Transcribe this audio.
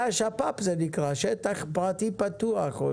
זה נקרא שפ"פ; שטח פרטי פתוח.